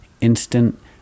instant